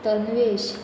Tanvesh